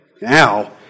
Now